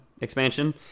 expansion